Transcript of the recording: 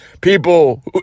people